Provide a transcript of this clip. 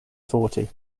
fourty